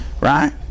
Right